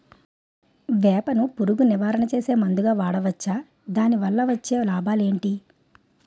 వేప ను పురుగు నివారణ చేసే మందుగా వాడవచ్చా? దాని వల్ల వచ్చే లాభాలు ఏంటి?